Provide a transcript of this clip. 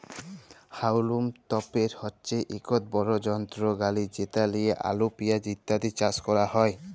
হাউলম তপের হছে ইকট বড় যলত্র গাড়ি যেট লিঁয়ে আলু পিয়াঁজ ইত্যাদি চাষ ক্যরা হ্যয়